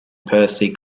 percy